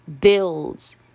builds